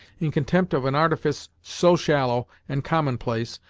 in contempt of an artifice so shallow and common place,